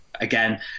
again